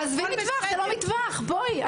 עזבי מטווח, זה לא מטווח, בואי.